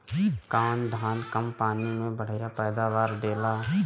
कौन धान कम पानी में बढ़या पैदावार देला?